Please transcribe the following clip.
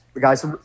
Guys